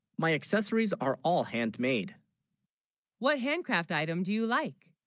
my accessories are all handmade what handcraft item do you like